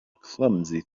clumsy